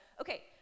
Okay